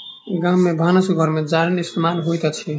गाम में भानस घर में जारैन इस्तेमाल होइत अछि